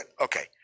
okay